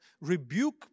rebuke